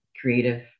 creative